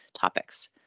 topics